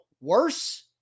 Worse